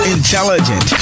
Intelligent